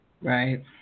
Right